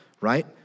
right